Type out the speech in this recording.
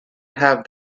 have